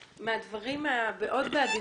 מהדברים שגיל אמר מאוד בעדינות,